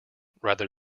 rather